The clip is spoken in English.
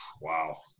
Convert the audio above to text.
wow